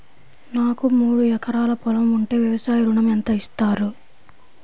నాకు మూడు ఎకరాలు పొలం ఉంటే వ్యవసాయ ఋణం ఎంత ఇస్తారు?